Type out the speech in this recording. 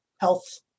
health